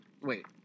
wait